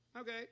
Okay